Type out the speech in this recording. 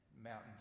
mountain